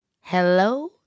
Hello